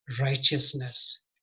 righteousness